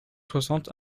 soixante